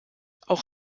auch